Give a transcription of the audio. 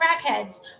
crackheads